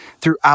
Throughout